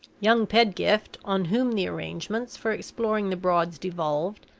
young pedgift, on whom the arrangements for exploring the broads devolved,